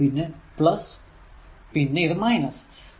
പിന്നെ ഇത് പിന്നെ ഇത്